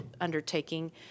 undertaking